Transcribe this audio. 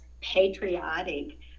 patriotic